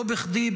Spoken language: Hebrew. לא בכדי,